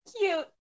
Cute